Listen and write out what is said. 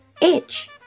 itch